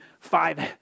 five